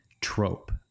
trope